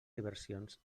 diversions